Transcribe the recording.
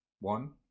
one